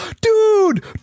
dude